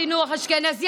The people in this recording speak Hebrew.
אתה שר החינוך, אשכנזי.